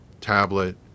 tablet